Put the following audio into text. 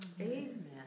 Amen